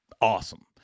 Awesome